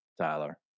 Tyler